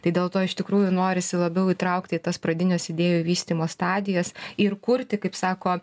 tai dėl to iš tikrųjų norisi labiau įtraukti į tas pradines idėjų vystymo stadijas ir kurti kaip sako